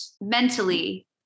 mentally